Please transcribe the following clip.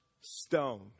stone